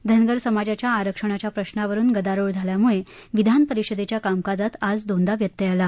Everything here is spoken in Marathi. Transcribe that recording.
धनगर समाजाच्या आरक्षणाच्या प्रश्नावरून गदारोळ झाल्यामुळा विधानपरिषदख्वा कामकाजात आज दोनदा व्यत्यय आला